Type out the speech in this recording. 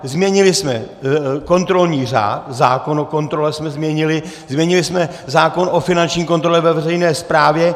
Změnili jsme kontrolní řád, zákon o kontrole jsme změnili, změnili jsme zákon o finanční kontrole ve veřejné správě.